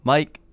Mike